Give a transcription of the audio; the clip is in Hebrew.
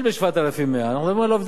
אנחנו מדברים על עובדי ניקיון ושמירה,